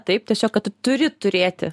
taip tiesiog kad tu turi turėti